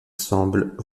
semblent